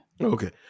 Okay